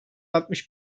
altmış